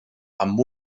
amb